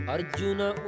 Arjuna